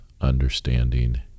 understanding